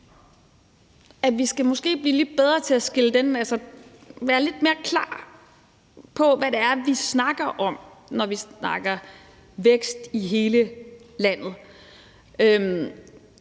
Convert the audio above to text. vi måske skal blive lidt bedre til at være lidt mere klar på, hvad det er, vi snakker om, når vi snakker vækst i hele landet.